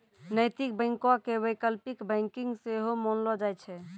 नैतिक बैंको के वैकल्पिक बैंकिंग सेहो मानलो जाय छै